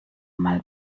mal